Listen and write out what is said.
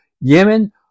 Yemen